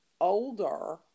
older